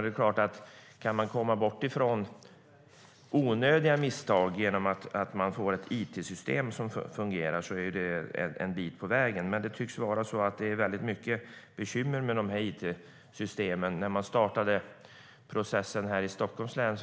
Det är klart att om man kan komma bort från onödiga misstag genom att man får ett it-system som fungerar är det en bit på vägen. Men det tycks vara väldigt mycket bekymmer med dessa it-system. Jag har fått höra att när man startade processen här i Stockholms län